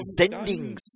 sendings